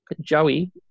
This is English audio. Joey